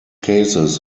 cases